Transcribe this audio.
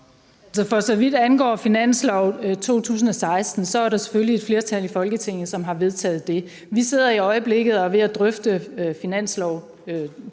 For så vidt angår finansloven for 2016, er det selvfølgelig et flertal i Folketinget, som har vedtaget det. Vi sidder i øjeblikket og er ved at drøfte finansloven